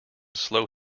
slow